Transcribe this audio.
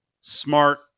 smart